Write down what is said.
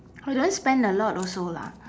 I don't spend a lot also lah